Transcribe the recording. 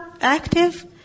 active